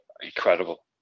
incredible